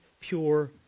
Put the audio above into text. pure